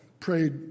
prayed